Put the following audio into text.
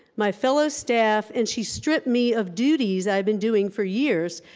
my fellow staff, and she stripped me of duties i'd been doing for years,